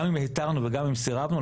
גם אם היתרנו וגם אם סירבנו,